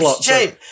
James